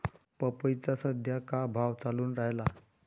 पपईचा सद्या का भाव चालून रायला?